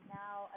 now